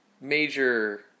Major